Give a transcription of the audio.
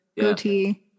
goatee